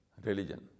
religion